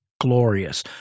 Glorious